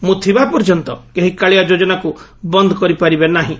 ମୁଁ ଥିବା ପର୍ଯ୍ୟନ୍ତ କେହି କାଳିଆ ଯୋଜନାକୁ ବନ୍ଦ କରିପାରିବେ ନାହଁ